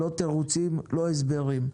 לא תירוצים ולא הסברים.